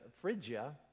Phrygia